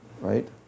right